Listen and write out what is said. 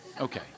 Okay